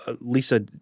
Lisa